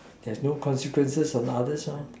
there's no consequences on others mah